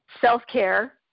self-care